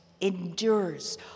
endures